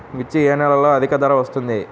మిర్చి ఏ నెలలో అధిక ధర వస్తుంది?